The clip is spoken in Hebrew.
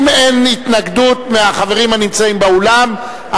אם אין התנגדות מהחברים הנמצאים באולם,